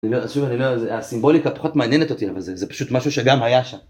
שוב, הסימבוליקה פחות מעניינת אותי, אבל זה פשוט משהו שגם היה שם.